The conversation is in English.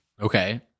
Okay